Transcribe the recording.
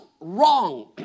wrong